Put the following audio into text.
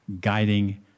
guiding